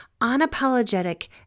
unapologetic